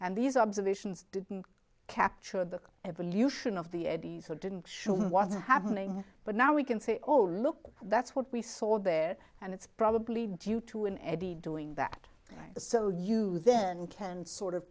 and these observations didn't capture the evolution of the eddies or didn't show them what's happening but now we can say oh look that's what we saw there and it's probably due to an eddy doing that so you then can sort of